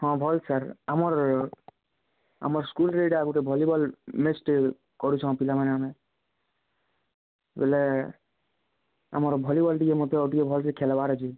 ହଁ ଭଲ ଅଛି ସାର୍ ଆମର ଆମ ସ୍କୁଲ୍ରେ ସେଇଟା ଗୋଟେ ଭଲିବଲ୍ ମ୍ୟାଚ୍ଟେ କରୁଛନ୍ତି ବୋଲେ ଆମର ଭଲିବଲ୍ଟା ମୋତେ ଟିକେ ଭଲ୍ସେ ଖେଳିବାର ଅଛି